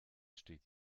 steht